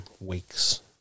weeks